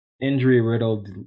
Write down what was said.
injury-riddled